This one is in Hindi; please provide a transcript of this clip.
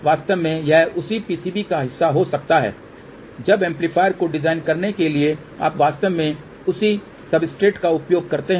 वास्तव में यह उसी पीसीबी का हिस्सा हो सकता है जब एम्पलीफायर को डिज़ाइन करने के बाद आप वास्तव में उसी सब्सट्रेट का उपयोग करते हैं